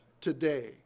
today